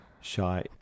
shy